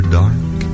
dark